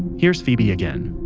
here's phoebe again